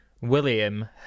William